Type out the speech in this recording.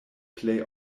plej